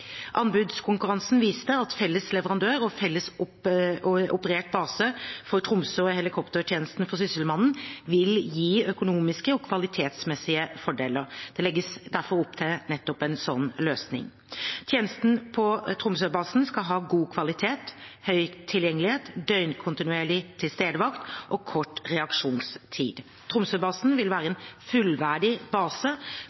Anbudskonkurransen viste at felles leverandør og felles operert base for Tromsø og helikoptertjenesten for Sysselmannen vil gi økonomiske og kvalitetsmessige fordeler. Det legges derfor opp til nettopp en slik løsning. Tjenesten på Tromsøbasen skal ha god kvalitet, høy tilgjengelighet, døgnkontinuerlig tilstedevakt og kort reaksjonstid. Tromsøbasen vil være